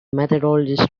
methodist